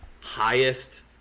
highest